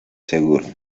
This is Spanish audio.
seguro